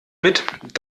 mit